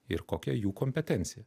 ir kokia jų kompetencija